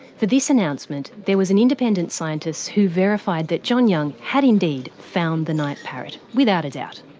for this announcement there was an independent scientist who verified that john young had indeed found the night parrot without a doubt.